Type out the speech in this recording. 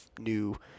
new